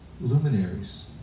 luminaries